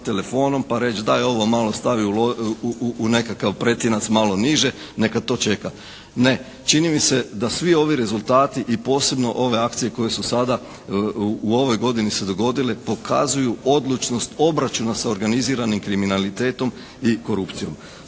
pa reći daj ovo malo stavi u nekakav pretinac, malo niže neka to čeka. Ne. Čini mi se da svi ovi rezultati i posebno ove akcije koje su sada u ovoj godini se dogodile pokazuju odlučnost obračuna sa organiziranim kriminalitetom i korupcijom.